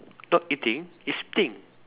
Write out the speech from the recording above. not eating it's thing